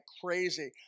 crazy